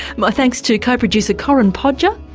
my thanks to co-producer corinne podger,